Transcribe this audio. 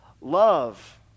love